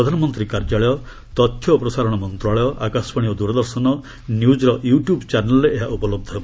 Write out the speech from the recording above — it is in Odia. ପ୍ରଧାନମନ୍ତ୍ରୀ କାର୍ଯ୍ୟାଳୟ ତଥ୍ୟ ଓ ପ୍ରସାରଣ ମନ୍ତ୍ରଶାଳୟ ଆକାଶବାଣୀ ଓ ଦୂରଦର୍ଶନ ନ୍ୟୁକ୍ର ୟୁ ଟ୍ୟୁବ୍ ଚ୍ୟାନେଲରେ ଏହା ଉପଲହ୍ଧ ହେବ